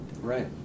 Right